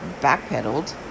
backpedaled